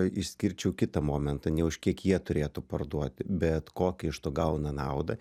išskirčiau kitą momentą ne už kiek jie turėtų parduoti bet kokią iš to gauna naudą